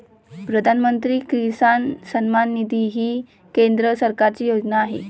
प्रधानमंत्री किसान सन्मान निधी ही केंद्र सरकारची योजना आहे